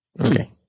Okay